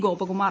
Gopakumar